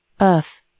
earth